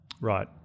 right